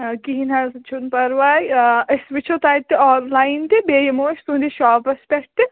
کِہیٖنٛۍ نہَ حظ چھُنہٕ پرواے أسۍ وُچھو تَتہِ آن لایَن تہٕ بیٚیہِ یِمو أسۍ تُہٕنٛدِس شاپس پٮ۪ٹھ تہِ